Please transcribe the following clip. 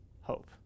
hope